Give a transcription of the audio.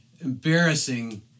embarrassing